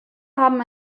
haben